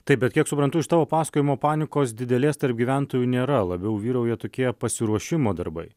taip bet kiek suprantu iš tavo pasakojimo panikos didelės tarp gyventojų nėra labiau vyrauja tokie pasiruošimo darbai